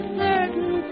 certain